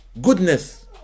Goodness